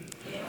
פריבילגי,